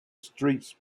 streets